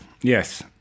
yes